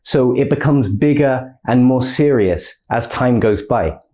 so it becomes bigger and more serious as time goes by.